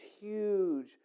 huge